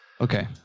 Okay